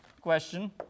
question